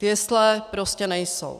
Jesle prostě nejsou.